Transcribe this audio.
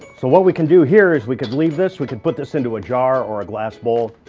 so what we can do here, is we can leave this, we can put this into a jar or glass bowl,